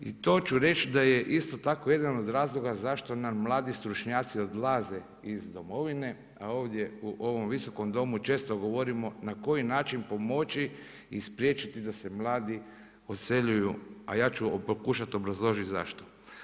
I to ću reći da je isto tako jedan od razloga zašto nam mladi stručnjaci odlaze iz Domovine, a ovdje u ovom Visokom domu često govorimo na koji način pomoći i spriječiti da se mladi odseljuju, a ja ću pokušati obrazložiti zašto.